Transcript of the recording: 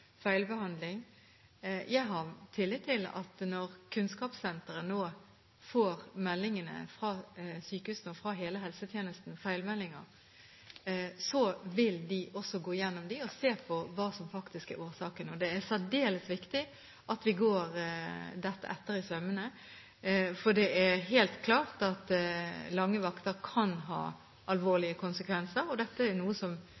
feilbehandling. Jeg har tillit til at Kunnskapssenteret når de nå får feilmeldinger fra sykehusene og fra hele helsetjenesten, også vil gå igjennom dem og se på hva som faktisk er årsaken. Det er særdeles viktig at vi går dette etter i sømmene, for det er helt klart at lange vakter kan ha alvorlige konsekvenser, og dette er noe som